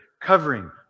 covering